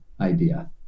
idea